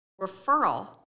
Referral